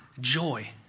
joy